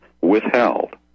withheld